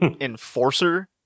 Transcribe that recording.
enforcer